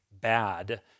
bad